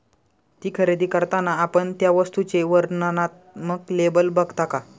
ती खरेदी करताना आपण त्या वस्तूचे वर्णनात्मक लेबल बघता का?